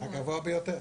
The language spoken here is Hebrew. הגבוה ביותר.